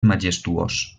majestuós